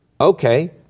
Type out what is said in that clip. Okay